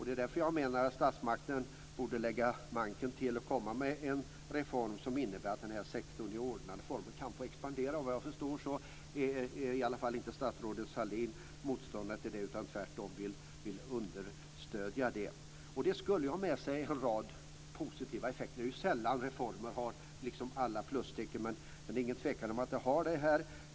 Det är därför som jag menar att statsmakten borde lägga manken till och komma med en reform som innebär att denna sektor kan få expandera i ordnade former. Såvitt jag förstår är i alla fall statsrådet Sahlin inte motståndare till detta, utan tvärtom vill hon understödja det. Det skulle också föra med sig en rad positiva effekter. Det är sällan som man kan sätta alla plustecken för reformer, men det är ingen tvekan om att man kan göra det i det här fallet.